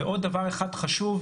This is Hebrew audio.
עוד דבר אחד חשוב.